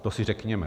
To si řekněme.